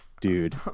Dude